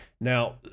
Now